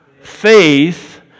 faith